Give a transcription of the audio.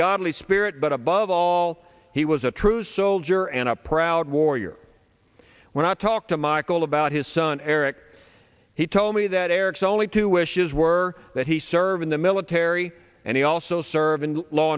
godly spirit but above all he was a true soldier and a proud warrior when i talk to michael about his son eric he told me that eric's only two wishes were that he served in the military and he also served in law